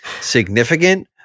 significant